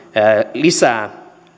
lisää